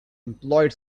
employed